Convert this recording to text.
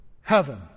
heaven